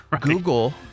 Google